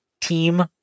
team